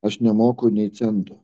aš nemoku nė cento